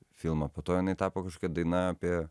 filmą po to jinai tapo kažkokia daina apie